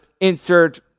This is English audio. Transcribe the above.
insert